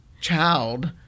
child